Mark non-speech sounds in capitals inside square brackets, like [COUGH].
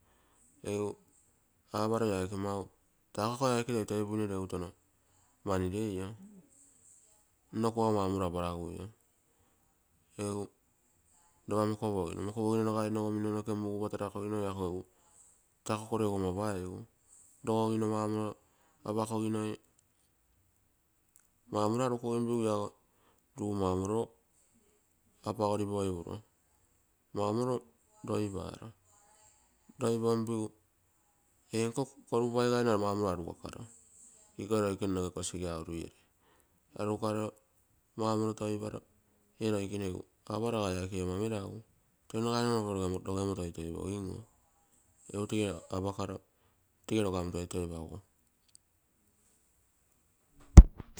Egu aparo ia aike mau taa akoi aike toi toipuine regu tono mani reio, nno kuago maumolo aparaguio. Egu iopa mokopogino. Mokopogino nagai unogonogo minno noke mugupa tanakogini taa ako koro ama paigu, rogogino maumorilo apakoginoi, maumoro arukoginpigu iago ruu maumolo apagoripoipuro, maumoo loipaaro, loiponpigu ee nko korupaigaine mau molo arugakaro, ikoge leukoro noge kosige auruere, arukaro maumoro toipairo. Ee loikene egu aparo aga ee aike ee ama meragu, toi nagai noke kopo rogemmo toitoipogin oo egu tege apakaro teege arukaro toitoipaguo. [NOISE]